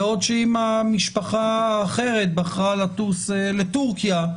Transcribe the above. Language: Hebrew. בעוד שאם משפחה אחרת בחרה לטוס לטורקיה,